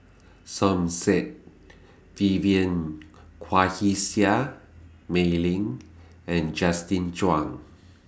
Som Said Vivien Quahe Seah Mei Lin and Justin Zhuang